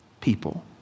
people